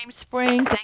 Spring